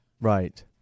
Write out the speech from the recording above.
Right